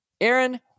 Aaron